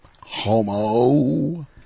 homo